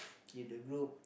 if the group